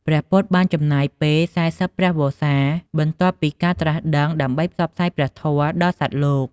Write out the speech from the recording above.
ព្រះពុទ្ធបានចំណាយពេល ៤៥ ព្រះវស្សា បន្ទាប់ពីការត្រាស់ដឹង ដើម្បីផ្សព្វផ្សាយព្រះធម៌ដល់សត្វលោក។